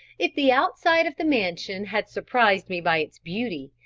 if the outside of the mansion had surprised me by its beauty,